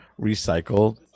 recycled